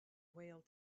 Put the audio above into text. whale